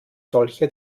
solche